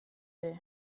ere